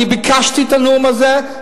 אני ביקשתי את הנאום הזה,